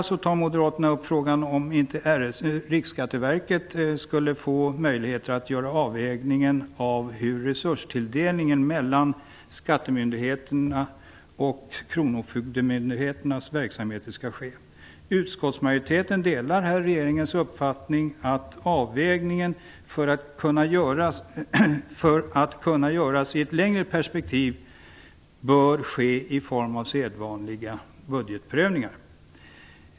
4 tar moderaterna upp frågan, om Riksskatteverket skulle få möjlighet att göra avvägningen av hur resurstilldelningen mellan skattemyndigheternas och kronofogdemyndigheternas verksamheter skall ske. Utskottsmajoriteten delar regeringens uppfattning att avvägningen, för att kunna göras i ett längre tidsperspektiv, bör ske i form av sedvanlig budgetprövning.